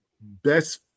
Best